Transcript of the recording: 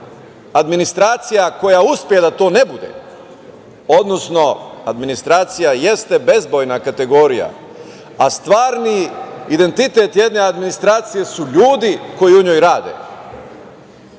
administracija koja uspe da to ne bude, odnosno administracija jeste bezbojna kategorija, a stvarni identitet jedne administracije su ljudi koji u njoj rade.